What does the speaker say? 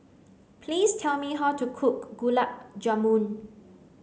please tell me how to cook Gulab Jamun